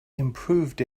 improved